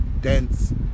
dense